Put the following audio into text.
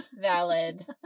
Valid